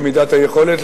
כמידת היכולת,